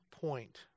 point